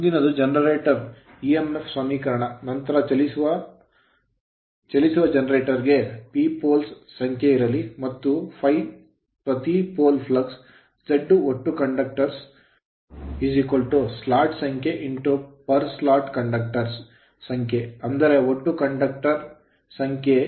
ಮುಂದಿನದು generator generator ನ EMF EMF ಸಮೀಕರಣ ನಂತರ ಚಲಿಸುವ generator ಜನರೇಟರ್ ಗೆ P poles ಪೋಲ್ ಸಂಖ್ಯೆಯಾಗಿರಲಿ ಮತ್ತು ∅ ಪ್ರತಿ pole pole flux flux Z ಒಟ್ಟು armature ಆರ್ಮೇಚರ್ conductors ಕಂಡಕ್ಟರ್ ಗಳ ಸಂಖ್ಯೆslots ಸ್ಲಾಟ್ ಗಳ ಸಂಖ್ಯೆ per slot ಪ್ರತಿ ಸ್ಲಾಟ್ ಗೆ conductors ಕಂಡಕ್ಟರ್ ಗಳ ಸಂಖ್ಯೆ ಅಂದರೆ ಒಟ್ಟು conductors ವಾಹಕಗಳ ಸಂಖ್ಯೆ